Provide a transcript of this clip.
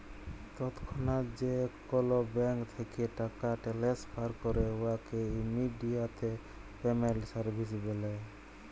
তৎক্ষণাৎ যে কল ব্যাংক থ্যাইকে টাকা টেনেসফার ক্যরে উয়াকে ইমেডিয়াতে পেমেল্ট সার্ভিস ব্যলে